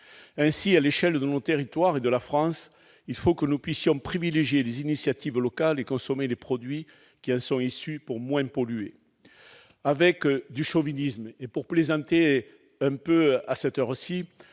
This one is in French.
Ainsi, à l'échelle de nos territoires et de la France, il faut que nous puissions privilégier les initiatives locales et consommer les produits qui en sont issus, pour moins polluer. Avec du chauvinisme, et pour plaisanter un peu, je vous